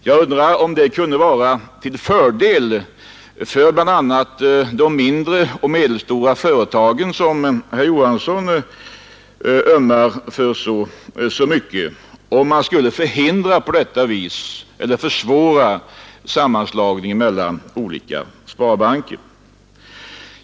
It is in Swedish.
Jag undrar om det kunde vara till fördel för bl.a. de mindre och medelstora företagen, som herr Johansson ömmar så mycket för, om man på detta sätt skulle förhindra eller försvåra sammanläggning mellan olika sparbanker.